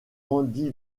andy